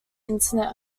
internet